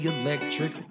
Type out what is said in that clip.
electric